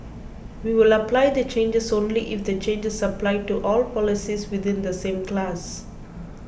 we will apply the changes only if the changes apply to all policies within the same class